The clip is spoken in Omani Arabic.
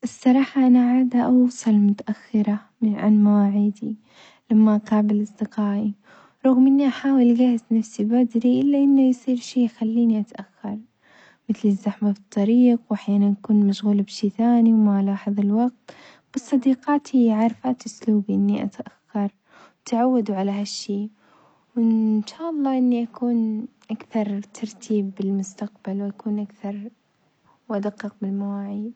الصراحة أنا عادة أوصل متأخرة عن مواعيدي لما أقابل أصدقائي، رغم إني أحاول أجهز نفسي بدري إلا إنه يصير شي يخليني أتأخر متل الزحمة في الطريق وأحيانًا أكون مشغولة بشي ثاني وما ألاحظ الوقت، بس صديقاتي عارفات أسلوبي إني أتأخر اتعودوا على هالشي، وإن شالله إني أكون أكثر ترتيب بالمستقبل وأكون أكثر وأدقق بالمواعيد.